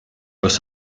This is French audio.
los